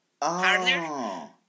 partner